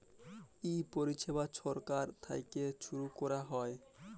ই পরিছেবা ছরকার থ্যাইকে ছুরু ক্যরা হ্যয়